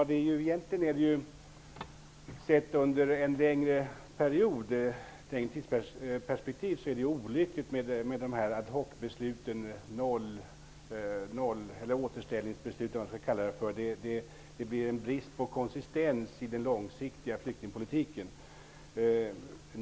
Herr talman! Sett i ett längre tidsperspektiv är det olyckligt med dessa ad hoc-beslut, återställningsbeslut eller vad man skall kalla dem. Det blir brist på konsistens i den långsiktiga flyktingpolitiken.